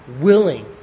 willing